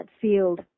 field